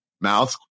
mouth